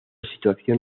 situación